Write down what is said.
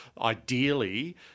ideally